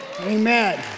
Amen